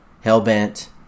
hell-bent